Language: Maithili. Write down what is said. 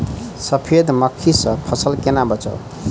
सफेद मक्खी सँ फसल केना बचाऊ?